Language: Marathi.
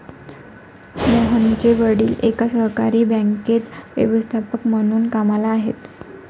मोहनचे वडील एका सहकारी बँकेत व्यवस्थापक म्हणून कामला आहेत